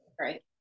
right